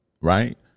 right